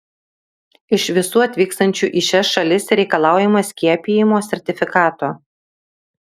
iš visų atvykstančių į šias šalis reikalaujama skiepijimo sertifikato